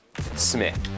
Smith